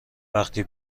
وقتی